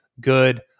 good